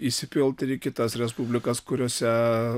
įsipilt ir į kitas respublikas kuriose